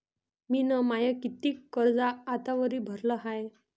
मिन माय कितीक कर्ज आतावरी भरलं हाय?